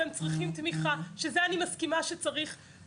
לצערי הרב המצב הזה לא